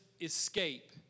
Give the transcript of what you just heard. escape